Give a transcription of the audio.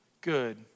good